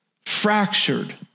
fractured